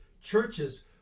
churches